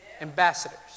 Ambassadors